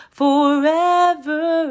forever